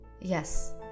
Yes